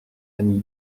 ami